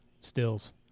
Stills